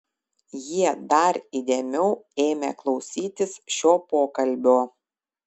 jie dar įdėmiau ėmė klausytis šio pokalbio